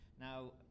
Now